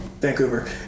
Vancouver